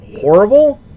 horrible